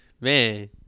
man